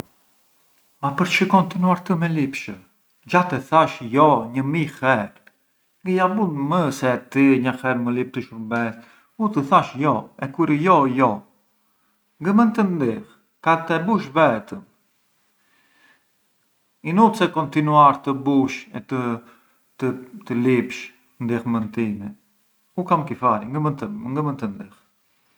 Ma përòë kontinuar të me lipsh? Xha te thash jo një mij herë, ngë ja bunj më se ti nga herë më lip këtë shurbes, u të thash jo e kur ë jo ë jo, ngë mënd të ndih, kat e bush vetëm, inut’ se kontinuar të bush e të lipsh ndihmën time, u kam kifari ngë mënd të ndih.